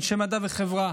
אנשי מדע וחברה,